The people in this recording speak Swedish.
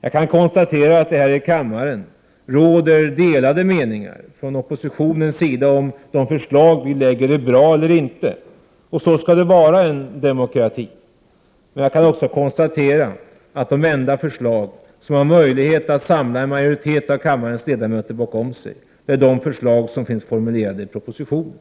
Jag kan konstatera att det här i kammaren råder delade meningar bland oppositionen om de förslag som vi lägger fram är bra eller inte, och så skall det vara i en demokrati. Men jag kan också konstatera att de enda förslag som har möjlighet att samla en majoritet av kammarens ledamöter bakom sig är de förslag som finns formulerade i propositionen.